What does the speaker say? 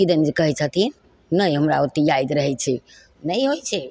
किदनि जे कहय छथिन नहि हमरा ओते याद रहय छै नहि होइ छै